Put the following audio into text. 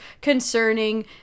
concerning